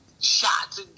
shots